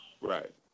Right